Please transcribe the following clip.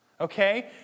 Okay